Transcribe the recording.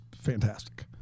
fantastic